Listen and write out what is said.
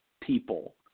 people